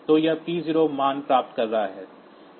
तो यह p0 मान प्राप्त कर रहा है